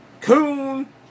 coon